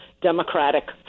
Democratic